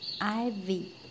ivy